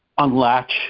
Unlatch